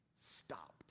stopped